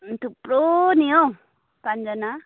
थुप्रो नि हौ पाँचजना